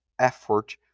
effort